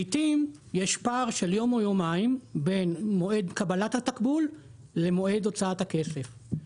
לעיתים יש פער של יום או יומיים בין מועד קבלת התקבול למועד הוצאת הכסף.